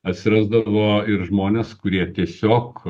atsirasdavo ir žmonės kurie tiesiog